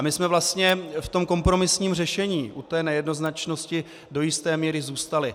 My jsme vlastně v tom kompromisním řešení u té nejednoznačnosti do jisté míry zůstali.